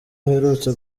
aherutse